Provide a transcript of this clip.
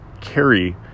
carry